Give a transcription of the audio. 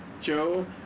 Joe